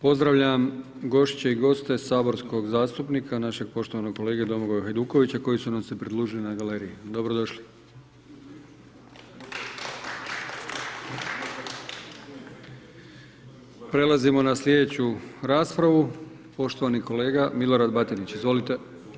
Pozdravljam gošće i goste saborskog zastupnika našeg poštovanog kolege Domagoja Hajdukovića koji su nam se pridružili na galeriji, dobrodošli … Prelazimo na sljedeću raspravu, poštovani kolega Milorad Batinić, izvolite.